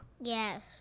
Yes